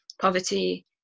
Poverty